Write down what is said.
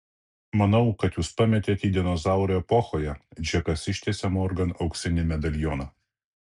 manau kad jūs pametėt jį dinozaurų epochoje džekas ištiesė morgan auksinį medalioną